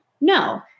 No